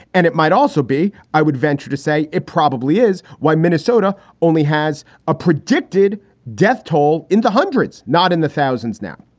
and it might also be i would venture to say it probably is why minnesota only has a predicted death toll in the hundreds, not in the thousands now.